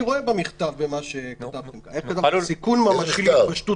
אני רואה במכתב "סיכון ממשי להתפשטות